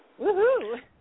Woohoo